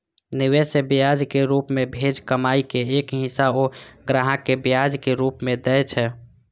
निवेश सं ब्याजक रूप मे भेल कमाइ के एक हिस्सा ओ ग्राहक कें ब्याजक रूप मे दए छै